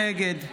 נגד גדי